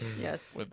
Yes